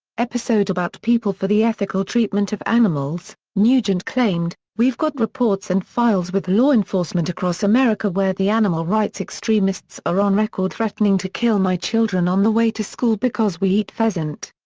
episode about people for the ethical treatment of animals, nugent claimed, we've got reports and files with law enforcement across america where the animal rights extremists are on record threatening to kill my children on the way to school because we eat pheasant.